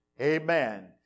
Amen